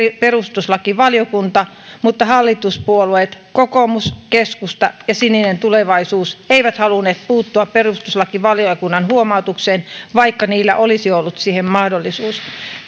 perustuslakivaliokunta mutta hallituspuolueet kokoomus keskusta ja sininen tulevaisuus eivät halunneet puuttua perustuslakivaliokunnan huomautukseen vaikka niillä olisi ollut siihen mahdollisuus